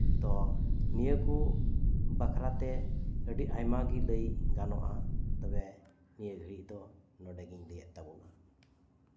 ᱛᱳ ᱱᱤᱭᱟᱹ ᱠᱚ ᱵᱟᱠᱷᱨᱟᱛᱮ ᱟᱹᱰᱤ ᱟᱭᱢᱟ ᱜᱮ ᱞᱟᱹᱭ ᱜᱟᱱᱚᱜᱼᱟ ᱱᱤᱭᱟᱹ ᱜᱷᱟᱹᱲᱤ ᱫᱚ ᱤᱱᱟᱹ ᱜᱤᱧ ᱞᱟᱹᱭ ᱮᱫ ᱛᱟᱵᱳᱱᱟ